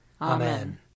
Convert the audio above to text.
Amen